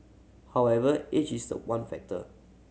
however age is the one factor